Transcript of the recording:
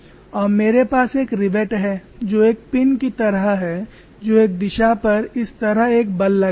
और मेरे पास एक रिवेट है जो एक पिन की तरह है जो एक दिशा पर इस तरह एक बल लगाएगा